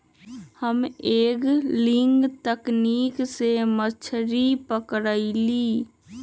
हम एंगलिंग तकनिक से मछरी पकरईली